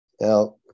Now